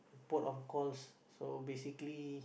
port of calls so basically